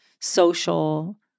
social